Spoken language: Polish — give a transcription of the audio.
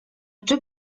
czy